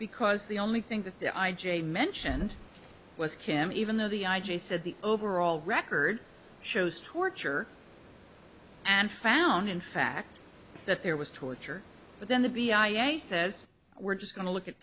because the only thing that they i j mentioned was kim even though the i j said the overall record shows torture and found in fact that there was torture but then the b i a says we're just going to look at